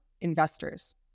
investors